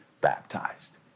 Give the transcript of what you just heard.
baptized